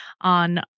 on